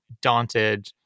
daunted